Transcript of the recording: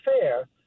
fair